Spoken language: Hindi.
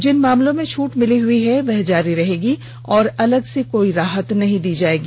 जिन मामलों में छूट मिली हुई है वह जारी रहेगी और अलग से कोई राहत नहीं दी जाएगी